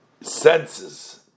senses